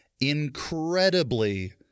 incredibly